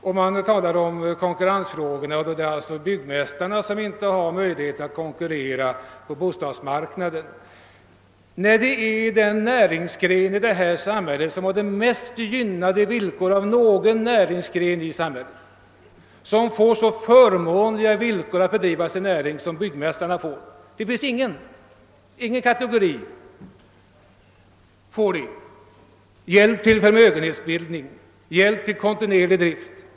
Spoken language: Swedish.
När man talar om konkurrensfrågorna, är det alltså spörsmålet om att byggmästarna inte har möjlighet att konkurrera på bostadsmarknaden, detta trots det är den näringsgren i detta samhälle, som har de mest gynnade villkoren av någon näringsgren, som får så förmånliga villkor att bedriva sin näring som byggmästarna får. Det finns ingen kategori som har så gynnsamma villkor. De får hjälp till förmögenhetsbildning och hjälp till kontinuerlig drift.